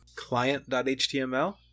Client.html